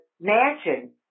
mansion